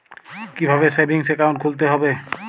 কীভাবে savings account খুলতে হবে?